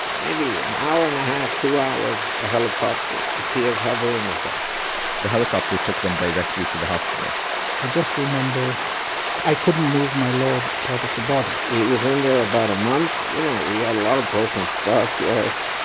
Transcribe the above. maybe an hour and a half, two hours, a helicopter appears hovering above the helicopter took them directly to the hospital i just remember i couldn't move my lower part of the body he was in there about a month. you know, he had a lot of broken stuff, yes.